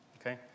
Okay